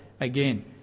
again